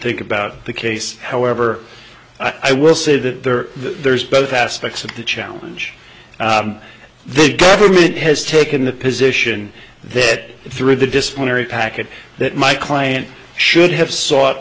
think about the case however i will say that there are there's both aspects of the challenge the government has taken the position that through the disciplinary packet that my client should have s